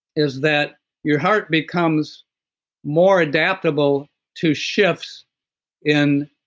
is that your heart becomes more adaptable to shifts in